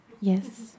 Yes